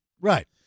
Right